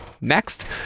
next